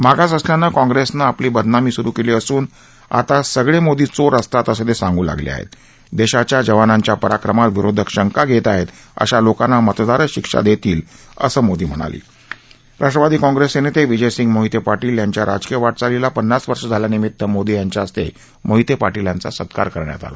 मागास असल्यानं काँग्रस्मि आपली बदनामी सुरु कली असून आता सगळ मोदी चोर असतात असं त आंगू लागल आहप्त दश्विच्या जवानांच्या पराक्रमावर विरोधक शंका घेतीआहत्त्री अशा लोकांना मतदारच शिक्षा दत्तील असं मोदी म्हणाल राष्ट्रवादी काँग्रस्क्रिताबिजयसिंह मोहित प्रांटीलही यांच्या राजकीय वाटचालीला पन्नास वर्ष झाल्यानिमित्त मोदी यांच्या हस्त मीहित पाटील यांचा सत्कार करण्यात आला